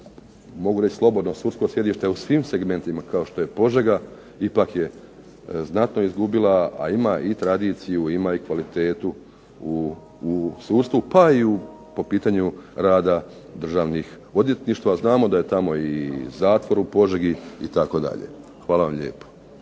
mogu reći sudsko sjedište u svim segmentima kao što je Požega ipak je znatno izgubila, a ima i tradiciju, ima i kvalitetu u sudstvu, pa i po pitanju rada državnih odvjetništva. Znamo da je tamo i zatvor u Požegi itd. Hvala vam lijepo.